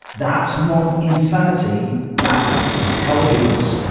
that's not insanity that's intelligence,